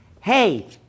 Hey